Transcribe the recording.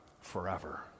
forever